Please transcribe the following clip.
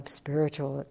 spiritual